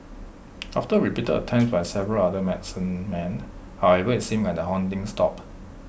after repeated attempt by several other medicine men however IT seemed like the haunting stopped